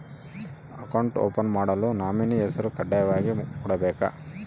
Account open ಮಾಡಲು nominee ಹೆಸರು ಕಡ್ಡಾಯವಾಗಿ ಕೊಡಬೇಕಾ?